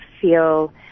feel